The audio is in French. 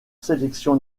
sélection